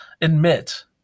admit